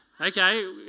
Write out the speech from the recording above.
okay